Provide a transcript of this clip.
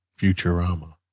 Futurama